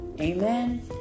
Amen